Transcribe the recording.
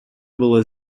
было